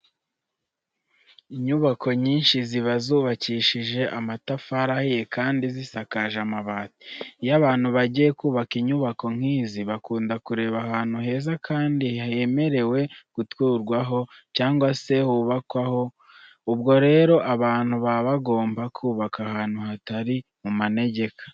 Inyubako nyinshi ziba zubakishije amatafari ahiye kandi zisakaje amabati. Iyo abantu bagiye kubaka inyubako nk'izi bakunda kureba ahantu heza kandi hemerewe guturwaho cyangwa se kubakwaho. Ubwo rero abantu baba bagomba kubaka ahantu hatari mu manegeka.